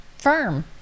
firm